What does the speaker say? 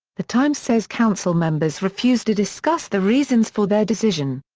the times says council members refused to discuss the reasons for their decision.